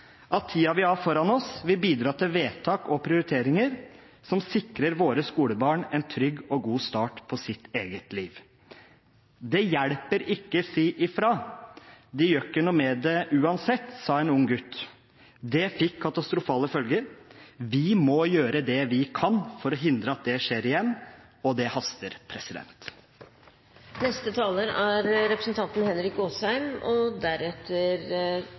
at tiden vi har foran oss, vil bidra til vedtak og prioriteringer som sikrer våre skolebarn en trygg og god start på deres eget liv. Det hjelper ikke å si fra, for de gjør ikke noe med det uansett, sa en ung gutt. Det fikk katastrofale følger. Vi må gjøre det vi kan for å hindre at det skjer igjen – og det haster! Mobbetallene har, som forrige taler